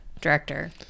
director